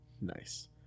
Nice